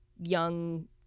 young